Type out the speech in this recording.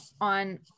on